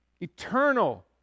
eternal